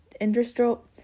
industrial